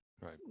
right